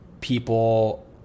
people